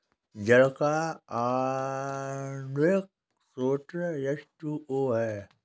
जल का आण्विक सूत्र एच टू ओ है